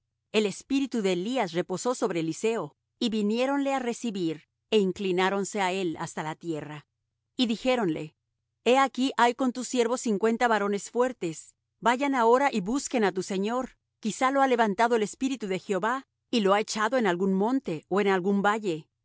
el espíritu de elías reposó sobre eliseo y viniéronle á recibir é inclináronse á él hasta la tierra y dijéronle he aquí hay con tus siervos cincuenta varones fuertes vayan ahora y busquen á tu señor quizá lo ha levantado el espíritu de jehová y lo ha echado en algún monte ó en algún valle